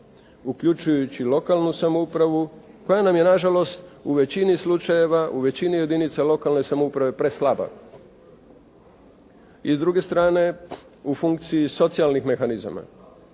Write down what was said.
uključujući lokalnu samoupravu koja nam je nažalost u većini slučajeva, u većini jedinica lokalne samouprave preslaba i s druge strane, u funkciji socijalnih mehanizama.